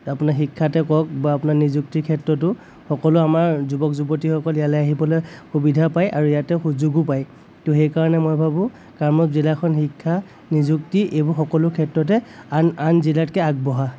আপোনাৰ শিক্ষাতে কওক বা আপোনাৰ নিযুক্তি ক্ষেত্ৰটো সকলো আমাৰ যুৱক যুৱতীসকল ইয়ালৈ আহিবলৈ সুবিধা পায় আৰু ইয়াতে সুযোগো পায় তো সেইকাৰণে মই ভাবো কামৰূপ জিলাখন শিক্ষা নিযুক্তি এইবোৰ সকলো ক্ষেত্ৰতে আন আন জিলাতকৈ আগবঢ়া